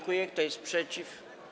Kto jest przeciw?